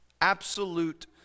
Absolute